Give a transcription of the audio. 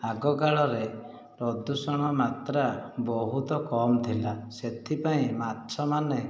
ଆଗକାଳରେ ପ୍ରଦୂଷଣ ମାତ୍ରା ବହୁତ କମ୍ ଥିଲା ସେଥିପାଇଁ ମାଛମାନେ